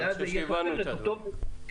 אני חושב שהבנו את הדברים.